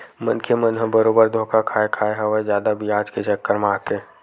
मनखे मन ह बरोबर धोखा खाय खाय हवय जादा बियाज के चक्कर म आके